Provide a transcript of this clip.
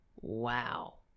wow